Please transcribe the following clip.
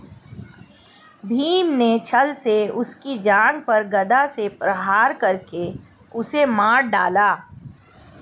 भीम ने छ्ल से उसकी जांघ पर गदा से प्रहार करके उसे मार डाला